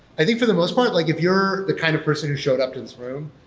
i think for the most part, like if you're the kind of person who showed up in this room,